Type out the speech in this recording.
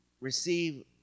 receive